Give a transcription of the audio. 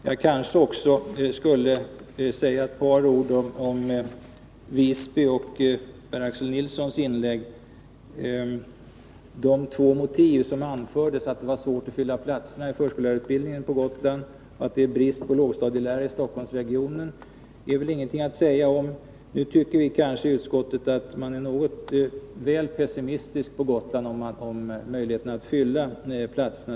Jag kanske också skulle säga ett par ord om Visby och Per-Axel Nilssons inlägg. De två motiv som anfördes, att det var svårt att fylla platserna i förskollärarutbildningen på Gotland och att det är brist på lågstadielärare i Stockholmsregionen, är väl ingenting att orda om. Nu tycker utskottet att man på Gotland är väl pessimistisk beträffande möjligheterna att fylla platserna.